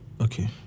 Okay